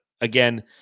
again